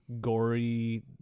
gory